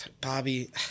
Bobby